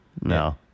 No